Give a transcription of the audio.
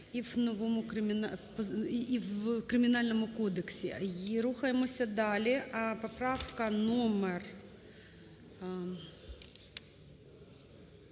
і в Кримінальному кодексі. Рухаємося далі. Поправка номер